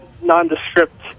nondescript